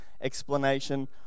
explanation